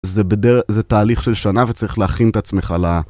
זה תהליך של שנה וצריך להכין את עצמך ל...